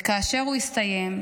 וכאשר הוא הסתיים,